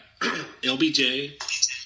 LBJ